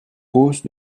hausse